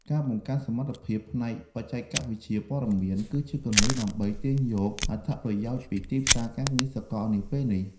ការបង្កើនសមត្ថភាពផ្នែកបច្ចេកវិទ្យាព័ត៌មាន គឺជាគន្លឹះដើម្បីទាញយកអត្ថប្រយោជន៍ពីទីផ្សារការងារសកលនាពេលនេះ។